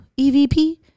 evp